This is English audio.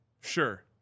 Sure